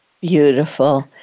Beautiful